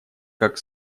как